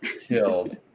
killed